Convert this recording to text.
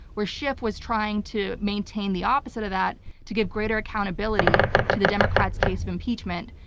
where schiff was trying to maintain the opposite of that to give greater accountability to the democrats' case of impeachment.